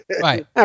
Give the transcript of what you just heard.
Right